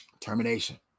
Termination